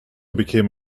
became